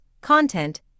content